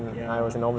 ya